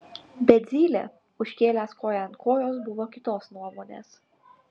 bet zylė užkėlęs koją ant kojos buvo kitos nuomones